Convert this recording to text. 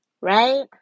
Right